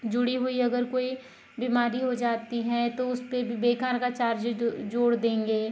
जुड़ी हुई अगर कोई बीमारी हो जाती है तो उस पर भी बेकार का चार्जेस जोड़ देंगे